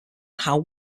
how